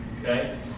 Okay